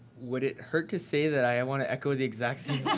would it hurt to say that i want to echo the exact